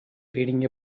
reading